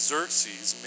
Xerxes